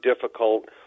difficult